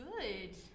good